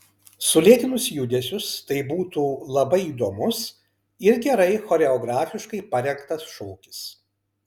sulėtinus judesius tai būtų labai įdomus ir gerai choreografiškai parengtas šokis